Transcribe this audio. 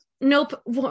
Nope